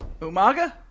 Umaga